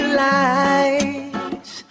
lights